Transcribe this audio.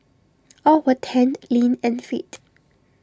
all were tanned lean and fit